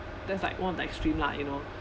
that's like one of the extreme lah you know